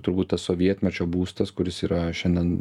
turbūt tas sovietmečio būstas kuris yra šiandien